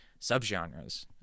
subgenres